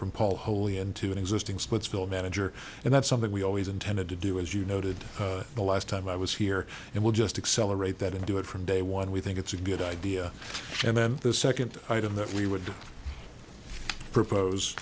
from paul holy into an existing splitsville manager and that's something we always intended to do as you noted the last time i was here and we'll just accelerate that and do it from day one we think it's a good idea and then the second item that we would propose